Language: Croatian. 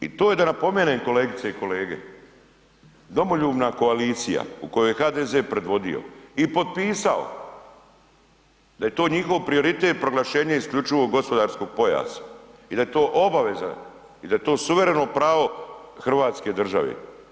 I to je da napomenem kolegice i kolege, domoljubna koalicija u kojoj je HDZ predvodio i potpisao da je to njihov prioritet proglašenje isključivog gospodarskog pojasa i da je to obaveza i da je to suvereno pravo Hrvatske država.